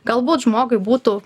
galbūt žmogui būtų